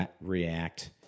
react